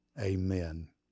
Amen